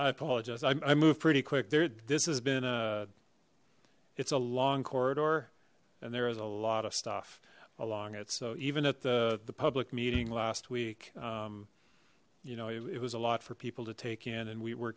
i apologize i moved pretty quick there this has been a it's a long corridor and there is a lot of stuff along it so even at the the public meeting last week um you know it was a lot for people to take in and we were